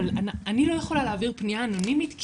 אבל אני לא יכולה להעביר פנייה אנונימית,